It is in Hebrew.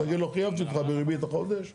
תגיד לו חייבתי אותך בריבית החודש לפני